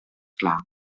clar